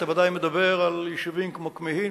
אתה בוודאי מדבר על יישובים כמו כמהין,